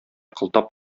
кылтап